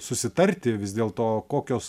susitarti vis dėlto kokios